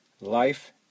Life